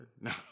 No